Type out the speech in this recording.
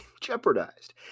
jeopardized